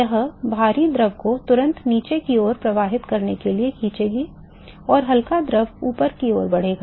यह भारी द्रव को तुरंत नीचे की ओर प्रवाहित करने के लिए खींचेगा और हल्का द्रव ऊपर की ओर बढ़ेगा